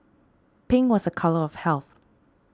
pink was a colour of health